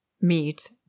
meat